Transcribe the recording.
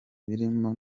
birimo